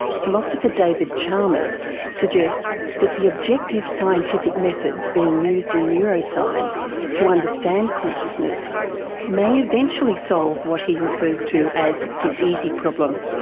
philosopher david chalmers suggests that the objective scientific methods being used in neuroscience to understand consciousness may eventually solve what he refers to as the easy problem.